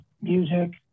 music